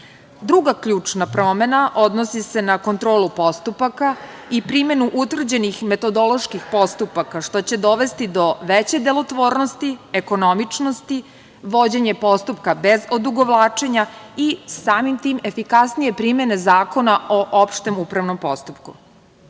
Druga ključna promena odnosi se na kontrolu postupaka i primenu utvrđenih metodoloških postupaka, što će dovesti do veće delotvornosti, ekonomičnosti, vođenje postupka bez odugovlačenja i samim tim efikasnije primene Zakona o opštem upravnom postupku. Razvoj